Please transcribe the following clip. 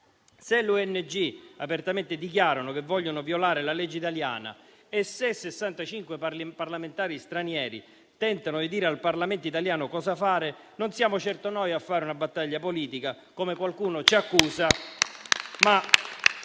Se le ONG dichiarano apertamente che vogliono violare la legge italiana e se 65 parlamentari stranieri tentano di dire al Parlamento italiano cosa fare, non siamo certo noi a fare una battaglia politica come qualcuno ci accusa